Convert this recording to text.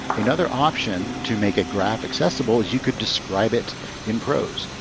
another option to make a graph accessible is you could describe it in prose.